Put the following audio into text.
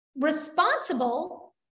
responsible